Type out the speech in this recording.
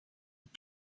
het